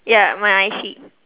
yeah my I_C